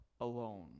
alone